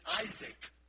Isaac